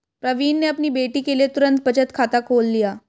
प्रवीण ने अपनी बेटी के लिए तुरंत बचत खाता खोल लिया